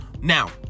now